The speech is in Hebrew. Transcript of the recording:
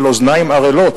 על אוזניים ערלות,